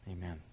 amen